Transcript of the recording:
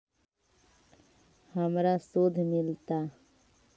हमरा शुद्ध मिलता?